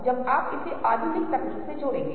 तो हम उस समय के लिए छोड़ देंगे